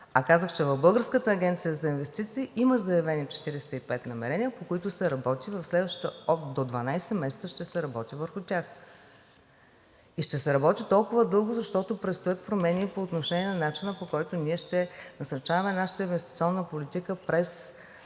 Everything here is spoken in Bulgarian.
А казах, че в Българската агенция за инвестиции има заявени 45 намерения, по които се работи. В следващите до 12 месеца ще се работи върху тях и ще се работи толкова дълго, защото предстоят промени и по отношение на начина, по който ние ще насърчаваме нашата инвестиционна политика през